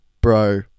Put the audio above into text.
bro